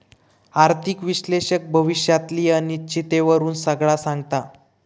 आर्थिक विश्लेषक भविष्यातली अनिश्चिततेवरून सगळा सांगता